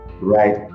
right